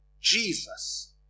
Jesus